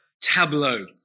tableau